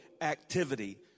activity